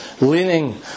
Leaning